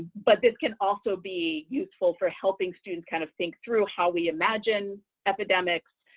but this can also be useful for helping students kind of think through how we imagine epidemics.